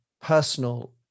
personal